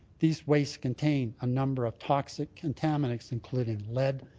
these wastes contain a number of toxic contaminants including lead,